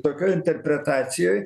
tokioj interpretacijoj